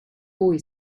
boy